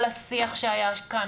כל השיח שהיה כאן,